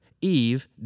Eve